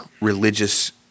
religious